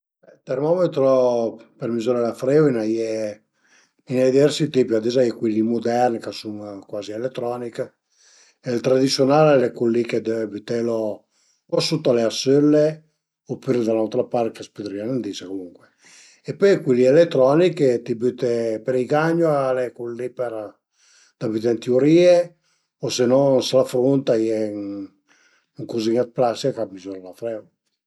Termometro për mizüré la freu a i n'a ie, ai i n'a ie dë diversi tipi, ades a ie culi li mudern ch'a sun cuazi eletronich, ël tradisiunal al e cul li che deve bütelu o sut a le asëlle opüra da ün'autra part ch'a së pudrìa nen dise comuncue e pöi a ie cul li eletronich che t'i büte për i gagnu al e cul li për da büté ënt i urìe o se no s'la frunt a ie ën cuzin d'la plastica ch'a mizüra la freu